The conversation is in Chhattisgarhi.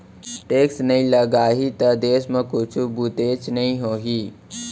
टेक्स नइ लगाही त देस म कुछु बुतेच नइ होही